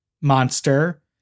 monster